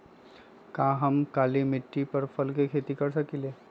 का हम काली मिट्टी पर फल के खेती कर सकिले?